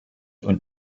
und